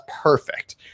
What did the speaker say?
perfect